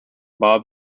bob